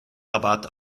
rabatt